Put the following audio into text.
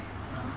(uh huh)